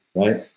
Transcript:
right?